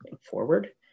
forward